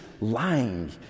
lying